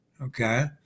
okay